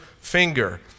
finger